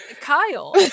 Kyle